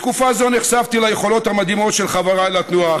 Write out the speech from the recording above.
בתקופה זו נחשפתי ליכולות המדהימות של חבריי לתנועה,